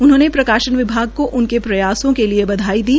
उन्होंने प्रकाशन विभाग को उनके प्रयासों के लिए भी दी